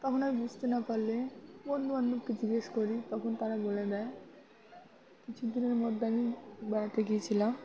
তখন আমি বুঝতে না পারলে বন্ধু বান্ধবকে জিজ্ঞেস করি তখন তারা বলে দেয় কিছু দিনের মধ্যে আমি বেড়াতে গিয়েছিলাম